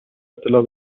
اطلاع